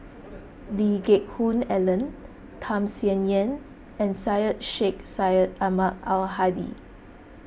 Lee Geck Hoon Ellen Tham Sien Yen and Syed Sheikh Syed Ahmad Al Hadi